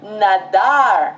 nadar